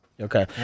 okay